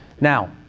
Now